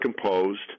composed